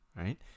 right